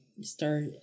start